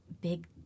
big